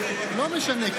לא משנה.